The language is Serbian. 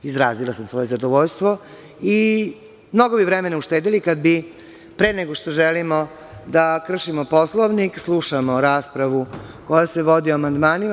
Izrazila sam svoje zadovoljstvo i mnogo bi vremena uštedeli kad bi, pre nego što želimo da kršimo Poslovnik, slušamo raspravu koja se vodi o amandmanima.